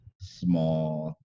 small